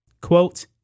Quote